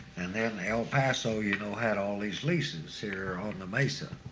and then el paso, you know, had all these leases here on the mesa.